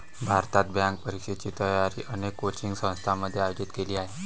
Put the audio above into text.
भारतात, बँक परीक्षेची तयारी अनेक कोचिंग संस्थांमध्ये आयोजित केली जाते